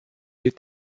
est